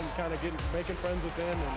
making friends with them,